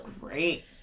great